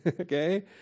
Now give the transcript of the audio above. Okay